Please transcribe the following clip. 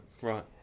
right